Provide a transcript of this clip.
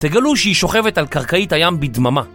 תגלו שהיא שוכבת על קרקעית הים בדממה